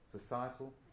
societal